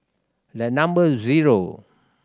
the number zero